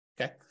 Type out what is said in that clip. okay